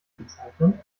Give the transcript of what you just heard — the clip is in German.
bezeichnen